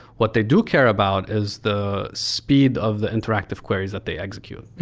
what they do care about is the speed of the interactive queries that they execute.